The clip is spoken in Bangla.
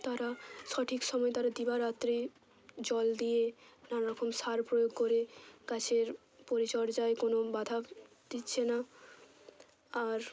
তারা সঠিক সময় তারা দিবারাত্রি জল দিয়ে নানারকম সার প্রয়োগ করে গাছের পরিচর্যায় কোনো বাঁধা দিচ্ছে না আর